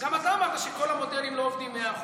גם אתה אמרת שכל המודלים לא עובדים מאה אחוז.